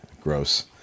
Gross